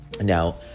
Now